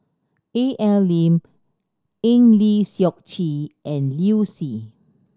Al Lim Eng Lee Seok Chee and Liu Si